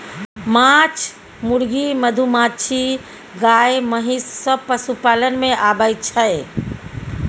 माछ, मुर्गी, मधुमाछी, गाय, महिष सब पशुपालन मे आबय छै